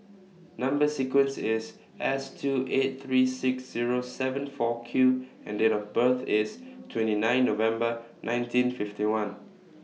Number sequence IS S two eight three six Zero seven four Q and Date of birth IS twenty nine November nineteen fifty one